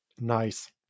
Nice